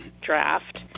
draft